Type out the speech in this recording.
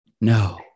no